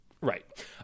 Right